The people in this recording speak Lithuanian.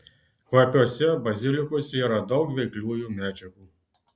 kvapiuosiuose bazilikuose yra daug veikliųjų medžiagų